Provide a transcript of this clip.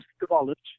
developed